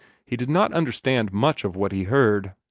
he did not understand much of what he heard.